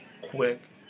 quick